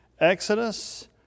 Exodus